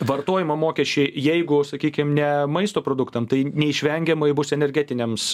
vartojimo mokesčiai jeigu sakykim ne maisto produktam tai neišvengiamai bus energetiniams